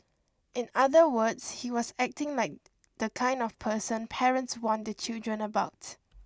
in other words he was acting like the kind of person parents warn the children about